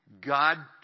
God